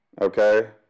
okay